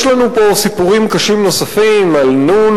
יש לנו פה סיפורים קשים נוספים קשים על נ',